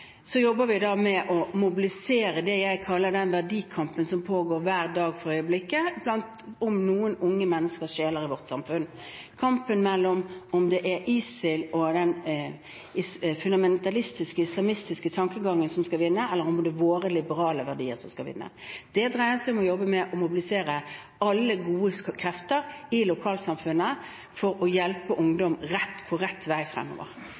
jobber vi med å mobilisere det jeg kaller den verdikampen som pågår hver dag for øyeblikket i vårt samfunn om noen unge menneskesjeler. Kampen mellom om det er ISIL og den fundamentalistiske islamistiske tankegangen som skal vinne eller om det er våre liberale verdier som skal vinne, dreier seg om å jobbe med å mobilisere alle gode krefter i lokalsamfunnet for å hjelpe ungdom på rett vei fremover.